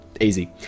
Easy